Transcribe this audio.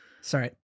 sorry